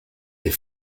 des